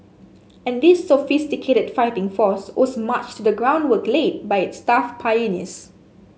and this sophisticated fighting force owes much to the groundwork laid by its tough pioneers